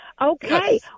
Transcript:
okay